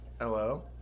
hello